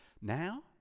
now